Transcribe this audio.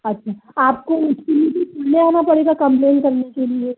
अच्छा आपको उसके लिए भी आना पड़ेगा कंप्लेन करने के लिए